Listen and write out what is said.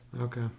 okay